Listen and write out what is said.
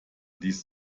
dies